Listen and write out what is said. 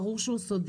ברור שהוא סודי.